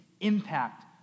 impact